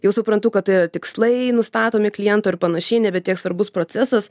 jau suprantu kad tai yra tikslai nustatomi kliento ir panašiai nebe tiek svarbus procesas